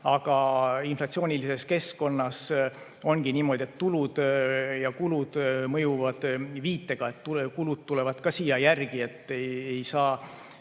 Aga inflatsioonilises keskkonnas ongi niimoodi, et tulud ja kulud mõjuvad viitega, kulud tulevad ka järgi. Ei saa